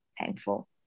thankful